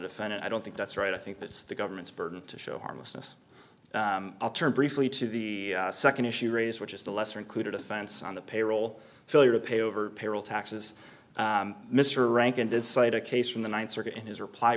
defendant i don't think that's right i think that's the government's burden to show harmlessness i'll turn briefly to the second issue raised which is the lesser included offense on the payroll failure to pay over payroll taxes mr rankin did cite a case from the ninth circuit in his reply